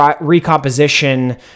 recomposition